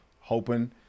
hoping